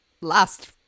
last